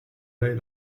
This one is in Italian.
lei